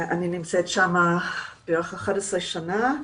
אני נמצאת שם בערך 11 שנים.